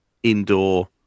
indoor